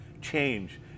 change